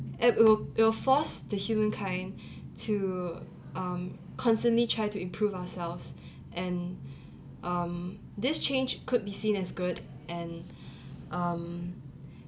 and it will it will force the humankind to um constantly try to improve ourselves and um this change could be seen as good and um